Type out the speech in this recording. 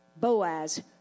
Boaz